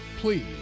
Please